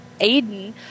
Aiden